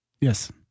Yes